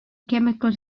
chemical